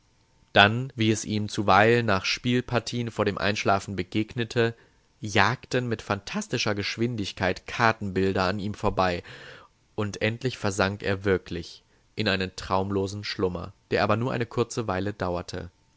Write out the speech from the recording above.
dann wie es ihm zuweilen nach spielpartien vor dem einschlafen begegnete jagten mit phantastischer geschwindigkeit kartenbilder an ihm vorbei und endlich versank er wirklich in einen traumlosen schlummer der aber nur eine kurze weile dauerte